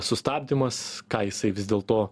sustabdymas ką jisai vis dėl to